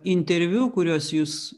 interviu kuriuos jūs